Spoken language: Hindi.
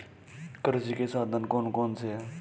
कृषि के साधन कौन कौन से हैं?